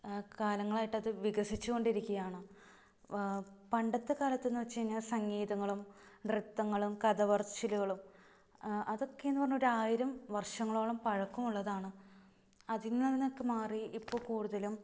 കാലങ്ങളായിട്ടത് വികസിച്ചുകൊണ്ടിരിക്കുകയാണ് പണ്ടത്തെ കാലത്തെന്ന് വെച്ച് കഴിഞ്ഞാല് സംഗീതങ്ങളും നൃത്തങ്ങളും കഥപറച്ചിലുകളും അതക്കേന്നു പറഞ്ഞാല് ഒരായിരം വർഷങ്ങളോളം പഴക്കമുള്ളതാണ് അതിൽനിന്നൊക്കെ മാറി ഇപ്പോള് കൂടുതലും